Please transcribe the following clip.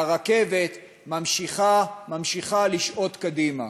והרכבת ממשיכה, ממשיכה לשעוט קדימה.